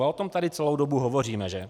A o tom tady celou dobu hovoříme, že?